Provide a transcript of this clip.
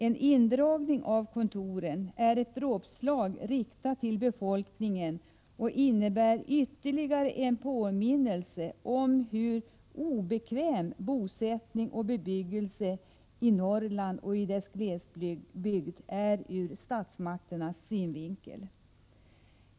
En indragning av kontoren är ett dråpslag riktat mot befolkningen och innebär ytterligare en påminnelse om hur obekväm bosättning och bebyggelse i Norrland och dess glesbygder är ur statsmakternas synvinkel.